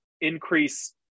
increase